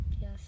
yes